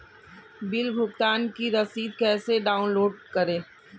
Bill भुगतान की रसीद कैसे डाउनलोड करें?